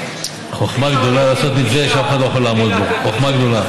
שדיבר, שהוא רואה את